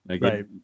right